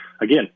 again